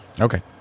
Okay